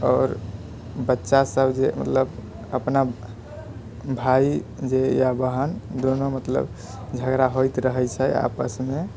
आओर बच्चासभ जे मतलब अपना भाइ जे या बहन दुनू मतलब झगड़ा होइत रहैत छै आपसमे